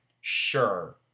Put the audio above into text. sure